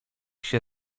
się